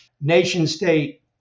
Nation-state